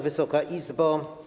Wysoka Izbo!